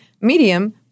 Medium